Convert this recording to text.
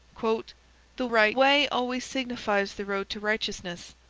the right way always signifies the road to righteousness,